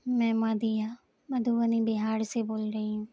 میں مدیحہ مدھوبنی بہار سے بول رہی ہوں